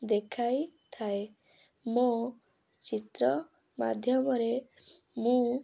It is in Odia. ଦେଖାଇ ଥାଏ ମୋ ଚିତ୍ର ମାଧ୍ୟମରେ ମୁଁ